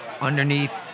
Underneath